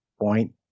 point